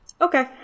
Okay